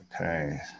Okay